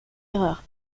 erreur